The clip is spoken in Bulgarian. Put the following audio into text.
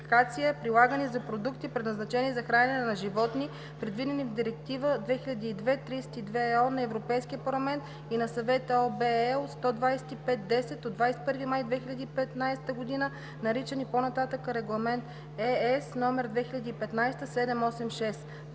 прилагани за продукти, предназначени за хранене на животни, предвидени в Директива 2002/32/ЕО на Европейския парламент и на Съвета (ОВ, L 125/10 от 21 май 2015 г.), наричан по-нататък „Регламент (ЕС) № 2015/786”;“.